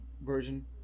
version